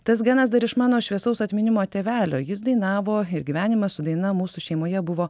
tas genas dar iš mano šviesaus atminimo tėvelio jis dainavo ir gyvenimas su daina mūsų šeimoje buvo